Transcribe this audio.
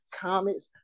comics